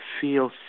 feel